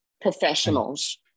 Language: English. professionals